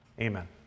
Amen